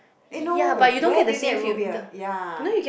eh no where did you get root beer ya